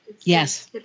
Yes